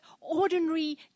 ordinary